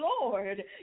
lord